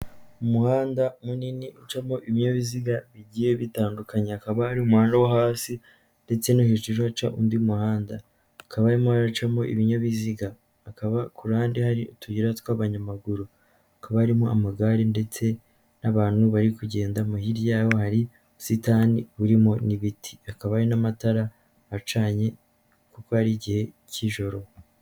Umuhanda munini ucamo ibinyabiziga bigiye bitandukanya hakaba ari umuhanda wo hasi ndetse nohejuru haca undi muhanda, hakaba harimo haracamo ibinyabiziga, hakaba kurande hari utuyira tw'abanyamaguru hakaba arimo amagare ndetse n'abantu bari kugendamo, hirya yabo hari ubusitani buririmo n'ibiti, hakaaba n'amatara acanye kuko ari igihe cy'ijoro.